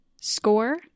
score